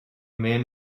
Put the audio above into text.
man